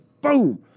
boom